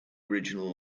original